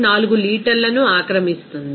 4 లీటర్లను ఆక్రమిస్తుంది